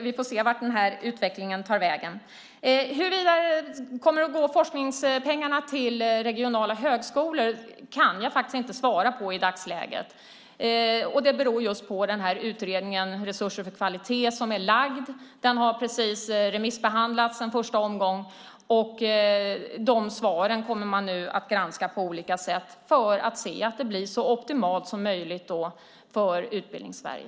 Vi får se vart den utvecklingen tar vägen. Huruvida det kommer att gå forskningspengar till regionala högskolor kan jag inte svara på i dagsläget. Det beror just på att utredningen Resurser för kvalitet har lagts fram. Den har precis remissbehandlats en första omgång. De svaren kommer man nu att granska på olika sätt för att se att det blir så optimalt som möjligt för Utbildnings-Sverige.